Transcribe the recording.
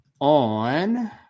on –